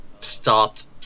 Stopped